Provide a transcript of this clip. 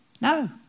No